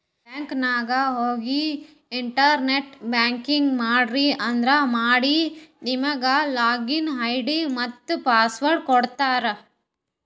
bank ನಾಗ್ ಹೋಗಿ internet banking ಮಾಡ್ರಿ ಅಂದುರ್ ಮಾಡಿ ನಿಮುಗ್ ಲಾಗಿನ್ ಐ.ಡಿ ಮತ್ತ ಪಾಸ್ವರ್ಡ್ ಕೊಡ್ತಾರ್